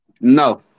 No